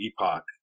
epoch